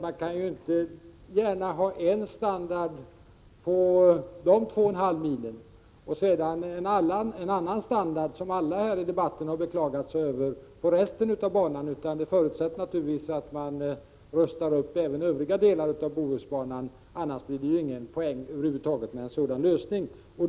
Man kan ju inte gärna ha en standard på de 2,5 milen och en annan standard — som alla här i debatten har beklagat sig över — på resten av banan, utan en förutsättning är naturligtvis att man rustar upp även övriga delar av Bohusbanan. Annars blir det ju ingen poäng över huvud taget med en sådan lösning.